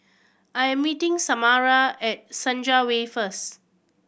I am meeting Samara at Senja Way first